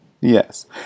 Yes